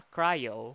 Cryo